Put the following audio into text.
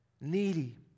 needy